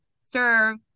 serve